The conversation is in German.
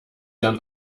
dann